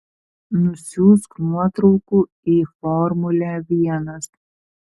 nusiųsk nuotraukų į formulę vienas